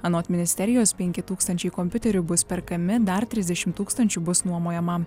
anot ministerijos penki tūkstančiai kompiuterių bus perkami dar trisdešim tūkstančių bus nuomojama